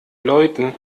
leuten